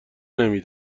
نمی